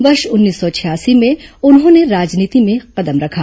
वर्ष उन्नीस सौ छियासी में उन्होंने राजनीति में कदम रखा